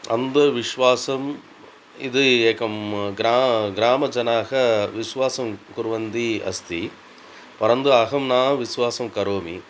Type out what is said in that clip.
अन्धविश्वासम् इति एकं ग्रा ग्रामजनाः विश्वासं कुर्वन्ति अस्ति परन्तु अहं न विश्वासं करोमि